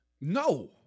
no